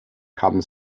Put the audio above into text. kamen